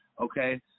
okay